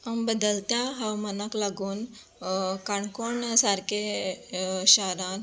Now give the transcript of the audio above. बदलत्या हवामानाक लागून काणकोण सारके शारांत